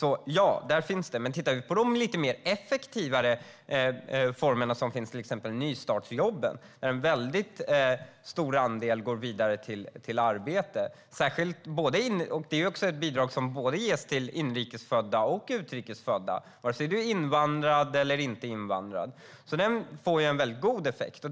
Men låt oss titta på de lite effektivare formerna, till exempel nystartsjobben. Där går en stor andel vidare till arbete. Det är ett bidrag som ges till både inrikes födda och utrikes födda, vare sig du är invandrad eller inte invandrad. De får en god effekt.